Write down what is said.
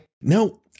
No